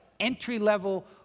entry-level